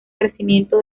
crecimiento